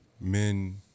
men